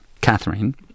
Catherine